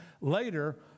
Later